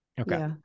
okay